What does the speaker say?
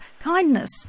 kindness